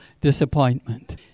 disappointment